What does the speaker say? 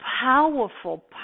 powerful